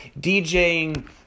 DJing